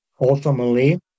Ultimately